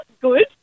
good